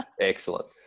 Excellent